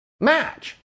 match